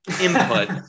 input